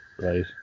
Right